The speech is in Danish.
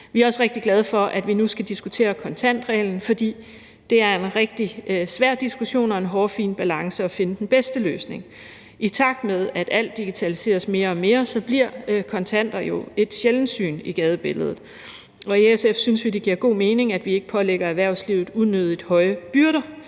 Vi er også rigtig glade for, at vi nu skal diskutere kontantreglen, for det er en rigtig svær diskussion, og det er en hårfin balance, når man skal finde den bedste løsning. I takt med at alt digitaliseres mere og mere, bliver kontanter jo et sjældent syn i gadebilledet. Og i SF synes vi, det giver god mening, at vi ikke pålægger erhvervslivet unødigt høje byrder.